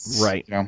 right